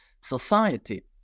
society